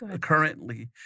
currently